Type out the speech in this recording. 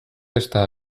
eta